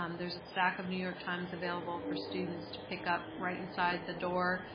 um there's a stack of new york times available for students to pick up right inside the door,